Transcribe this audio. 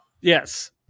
Yes